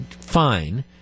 Fine